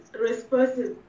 responsive